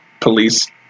police